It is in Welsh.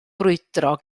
brwydro